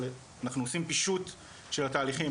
אנחנו עושים פישוט של התהליכים,